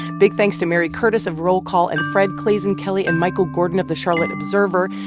big thanks to mary curtis of roll call and fred clasen-kelly and michael gordon of the charlotte observer.